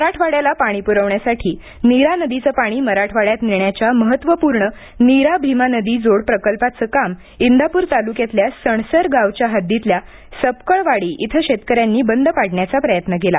मराठवाड्याला पाणी पुरविण्यासाठी नीरा नदीचं पाणी मराठवाड्यात नेण्याच्या महत्त्वपूर्ण नीरा भीमा नदीजोड प्रकल्पाचं काम इंदापूर तालुक्यातल्या सणसर गावच्या हद्दीतल्या सपकळवाडी इथं शेतकऱ्यांनी बंद पाडण्याचा प्रयत्न केला